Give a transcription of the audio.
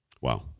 wow